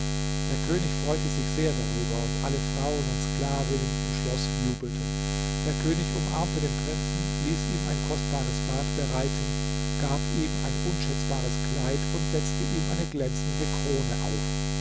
der könig freute sich sehr darüber und alle frauen und sklavinnen im schloß jubelten der könig umarmte den prinzen ließ ihm ein kostbares bad bereiten gab ihm ein unschätzbares kleid und setzte ihm eine glänzende krone auf